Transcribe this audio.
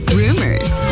rumors